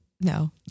No